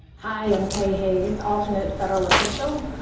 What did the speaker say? hi, i'm kaye hayes, alternate federal official,